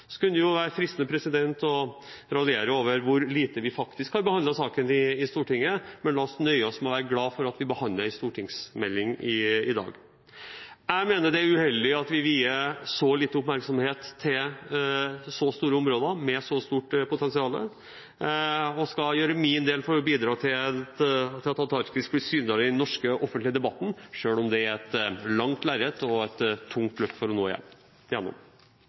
Det kunne være fristende å raljere over hvor lite vi faktisk har behandlet saken i Stortinget, men la oss nøye oss med å være glad for at vi behandler en stortingsmelding i dag. Jeg mener det er uheldig at vi vier så lite oppmerksomhet til så store områder med så stort potensial, og jeg skal gjøre mitt for å bidra til at Antarktis blir synligere i den norske offentlige debatten – selv om det er et langt lerret å bleke og et tungt løft å ta for å nå gjennom.